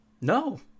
No